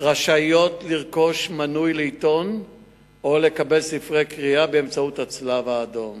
רשאיות לרכוש מינוי לעיתון או לקבל ספרי קריאה באמצעות הצלב-האדום